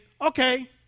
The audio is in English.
okay